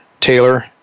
taylor